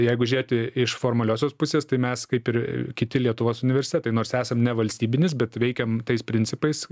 jeigu žiūrėti iš formaliosios pusės tai mes kaip ir kiti lietuvos universitetai nors esam nevalstybinis bet veikiam tais principais